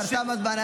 אדוני השר, תם הזמן.